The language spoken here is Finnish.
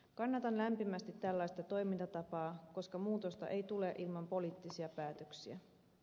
kannatan lämpimästi tällaista toimintatapaa koska muutosta ei tule ilman poliittisia päätöksiä